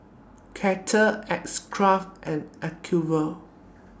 Kettle X Craft and Acuvue